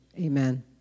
amen